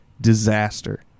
disaster